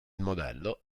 modello